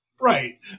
right